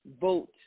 vote